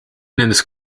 nendest